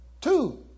two